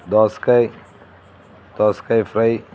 దోసకాయ దోసకాయ ఫ్రై